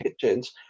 Kitchens